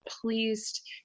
pleased